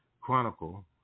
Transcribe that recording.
Chronicle